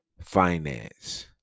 finance